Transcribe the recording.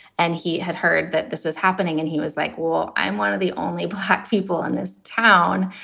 and he had heard that this was happening. and he was like, well, i'm one of the only black people in this town.